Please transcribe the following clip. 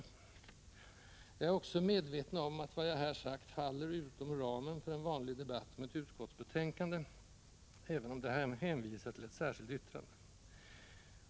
Jag är också medveten om att vad jag här sagt faller utom ramen för en vanlig debatt om ett utskottsbetänkande, även om det hänvisar till ett särskilt yttrande.